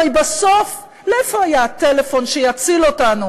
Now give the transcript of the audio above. הרי בסוף לאיפה היה הטלפון שהציל אותנו